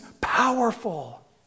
powerful